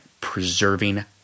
Preserving